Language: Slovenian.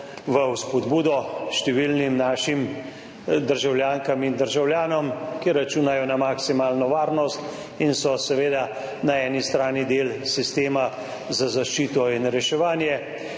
v spodbudo številnim našim državljankam in državljanom, ki računajo na maksimalno varnost in so seveda na eni strani del sistema za zaščito in reševanje.